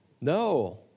No